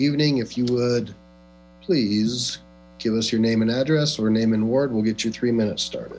evening if you would please give us your name and address or name and word we'll get your three minutes start